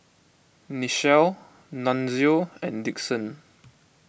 Nichelle Nunzio and Dixon